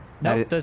No